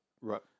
Right